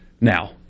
now